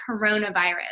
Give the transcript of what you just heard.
coronavirus